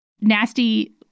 nasty